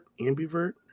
ambivert